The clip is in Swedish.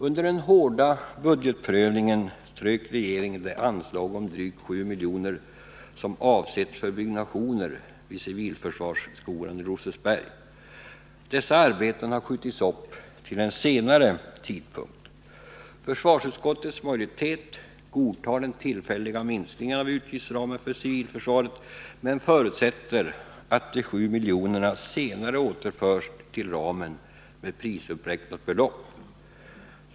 Under den hårda budgetprövningen strök regeringen de anslag om drygt 7 miljoner som avsetts för byggnationer vid civilförsvarsskolan i Rosersberg. Des arbeten har skjutits upp till en senare tidpunkt. Försvarsutskottets majoritet godtar den tillfälliga minskningen av utgiftsramen för civilförsvaret men förutsätter att de 7 miljonerna senare återförs till ramen med prisuppräknat belopp.